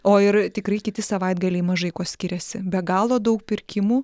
o ir tikrai kiti savaitgaliai mažai kuo skiriasi be galo daug pirkimų